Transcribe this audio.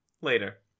later